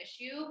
issue